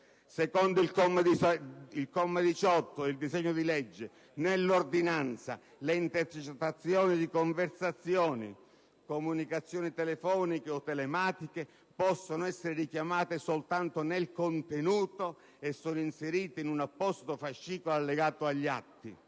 comma 18, del disegno di legge: «Nell'ordinanza le intercettazioni di conversazioni, comunicazioni telefoniche o telematiche possono essere richiamate soltanto nel contenuto e sono inserite in un apposito fascicolo allegato agli atti».